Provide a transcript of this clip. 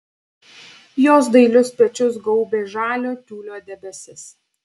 jos dailius pečius gaubė žalio tiulio debesis